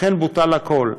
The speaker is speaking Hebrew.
לכן בוטל הכול.